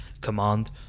command